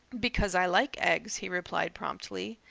because i like eggs, he replied promptly.